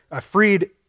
freed